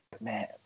man